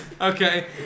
Okay